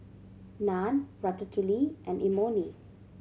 Naan Ratatouille and Imoni